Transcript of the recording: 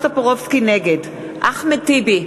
נגד אחמד טיבי,